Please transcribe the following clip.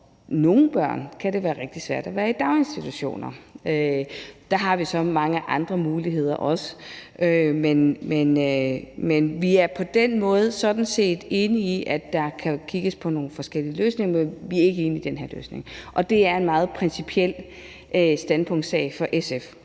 for nogle børn kan det være rigtig svært at være i daginstitution, men der har vi så også mange andre muligheder også. Vi er på den måde sådan set enige i, at der kan kigges på nogle forskellige løsninger, men vi er ikke enige i den her løsning, og det er sag, hvor vi fra SF's side har et